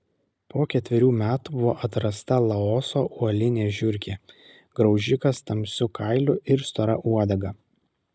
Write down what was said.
po ketverių metų buvo atrasta laoso uolinė žiurkė graužikas tamsiu kailiu ir stora uodega